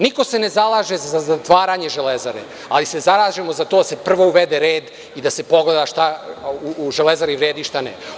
Niko se ne zalaže za zatvaranje Železare, ali se zalažemo za to da se prvo uvede red i da se pogleda šta u Železari vredi, a šta ne.